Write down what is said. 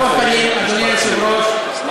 בבקשה, אדוני היושב-ראש,